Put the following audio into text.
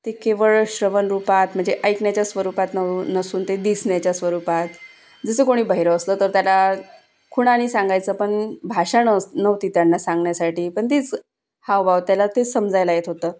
ते केवळ श्रवण रूपात मजे ऐकण्याच्या स्वरूपात नउ नसून ते दिसण्याच्या स्वरूपात जसं कोणी बहिरं असलं तर त्याला खुणांनी सांगायचं पण भाषा नस नव्हती त्यांना सांगण्यासाठी पण तीच हावभाव त्याला ते समजायला येत होतं